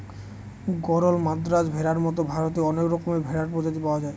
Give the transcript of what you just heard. গরল, মাদ্রাজ ভেড়ার মতো ভারতে অনেক রকমের ভেড়ার প্রজাতি পাওয়া যায়